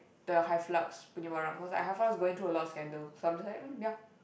the Hyflux punya barang because Hyflux is going through a lot of scandal so I'm just like um yeah